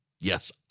Yes